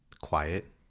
quiet